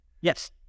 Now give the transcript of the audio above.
Yes